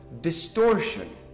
distortion